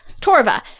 Torva